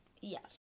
Yes